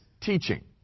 teaching